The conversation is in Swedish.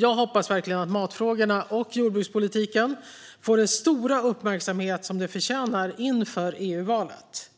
Jag hoppas verkligen att matfrågorna och jordbrukspolitiken får den stora uppmärksamhet som de förtjänar inför EU-valet.